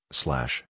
slash